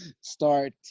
start